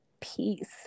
peace